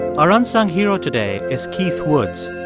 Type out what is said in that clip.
our unsung hero today is keith woods.